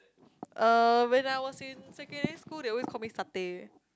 uh when I was in secondary school they always call me satay